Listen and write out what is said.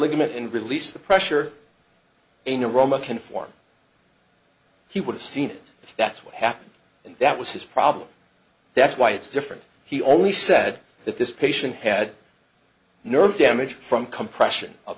ligament and release the pressure in a roma can form he would have seen it if that's what happened and that was his problem that's why it's different he only said that this patient had nerve damage from compression